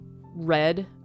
red